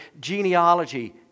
genealogy